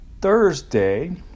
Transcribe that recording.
Thursday